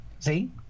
See